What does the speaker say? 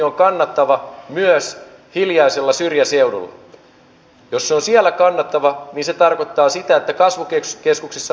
tässä salissa ei kannata nyt kohottaa verenpainetta mutta asiallista keskustelua kannattaa käydä